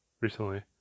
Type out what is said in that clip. recently